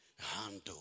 handle